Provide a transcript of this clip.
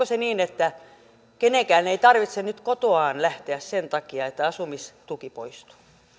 se niin että kenenkään ei tarvitse nyt kotoaan lähteä sen takia että asumistuki poistuu